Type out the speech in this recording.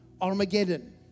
Armageddon